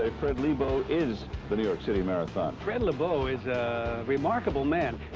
ah fred lebow is the new york city marathon. fred lebow is a remarkable man.